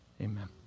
Amen